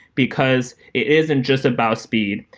because isn't just about speed.